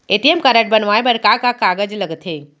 ATM card बनवाये बर का का कागज लगथे?